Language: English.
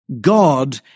God